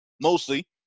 mostly